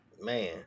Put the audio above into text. Man